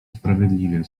sprawiedliwie